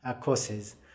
courses